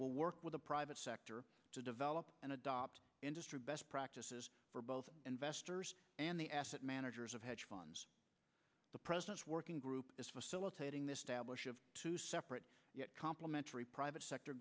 will work with the private sector to develop and adopt industry best practices for both investors and the asset managers of hedge funds the president's working group is facilitating this stablish of two separate complementary private sector